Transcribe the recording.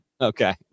Okay